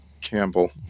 Campbell